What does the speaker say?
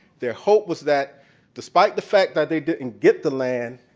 their hope was that despite the fact that they didn't get the land,